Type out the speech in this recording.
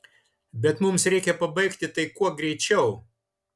bet mums reikia pabaigti tai kuo greičiau